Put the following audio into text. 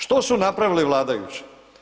Što su napravili vladajući?